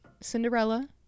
Cinderella